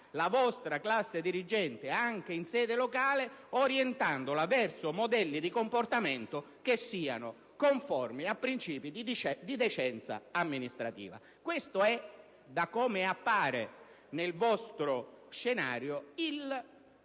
la vostra classe dirigente, anche in sede locale, orientandola verso modelli di comportamento conformi a principi di decenza amministrativa. Questo è lo scenario